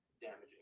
damaging